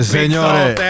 señores